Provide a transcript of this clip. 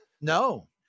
No